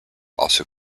also